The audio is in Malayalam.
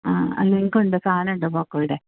ആ സാധനമുണ്ടോ പോക്കോയുടെ